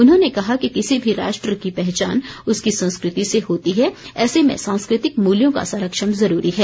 उन्होंने कहा कि किसी भी राष्ट्र की पहचान उसकी संस्कृति से होती है ऐसे में सांस्कृतिक मूल्यों का संरक्षण ज़रूरी है